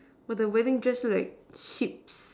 but the wedding just like hips